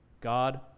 God